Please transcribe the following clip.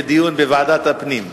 לדיון בוועדת הפנים.